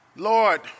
Lord